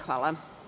Hvala.